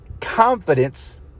confidence